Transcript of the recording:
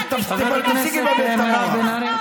תכפיש את מדינת ישראל,